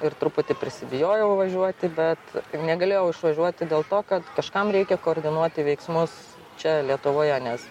ir truputį prisibijojau važiuoti bet negalėjau išvažiuoti dėl to kad kažkam reikia koordinuoti veiksmus čia lietuvoje nes